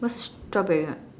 what's strawberry what